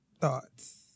thoughts